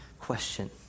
question